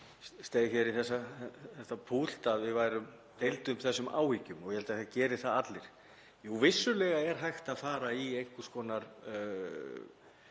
steig hér í þetta púlt, að við deilum þessum áhyggjum og ég held að það geri það allir. Jú, vissulega er hægt að fara í einhvers konar